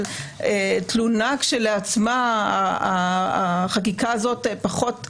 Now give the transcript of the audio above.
תלונה כשלעצמה החקיקה הזאת פחות רלוונטית,